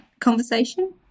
conversation